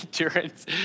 endurance